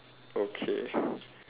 okay